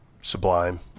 Sublime